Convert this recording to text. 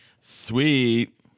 Sweet